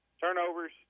Turnovers